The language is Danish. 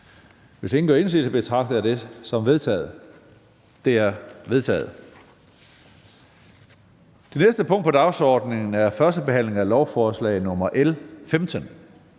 Hvis ingen gør indsigelse, betragter jeg dette som vedtaget. Det er vedtaget. --- Det næste punkt på dagsordenen er: 7) 1. behandling af lovforslag nr. L